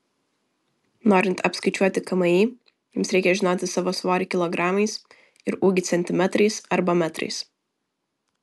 norint apskaičiuoti kmi jums reikia žinoti savo svorį kilogramais ir ūgį centimetrais arba metrais